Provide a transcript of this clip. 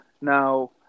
Now